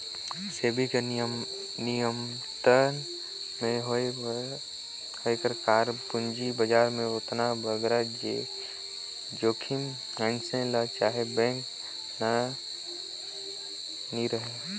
सेबी कर नियंत्रन में होए कर कारन पूंजी बजार में ओतना बगरा जोखिम मइनसे ल चहे बेंक ल नी रहें